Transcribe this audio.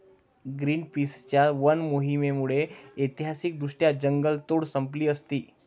ग्रीनपीसच्या वन मोहिमेमुळे ऐतिहासिकदृष्ट्या जंगलतोड संपली असती